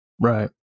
Right